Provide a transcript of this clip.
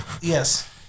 Yes